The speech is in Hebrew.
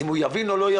אם הוא יבין או לא,